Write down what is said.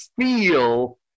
feel